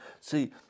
See